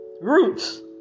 Roots